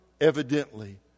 evidently